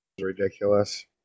Ridiculous